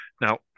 Now